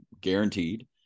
guaranteed